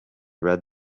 read